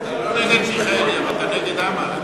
אתה לא נגד מיכאלי, אתה נגד עמאר.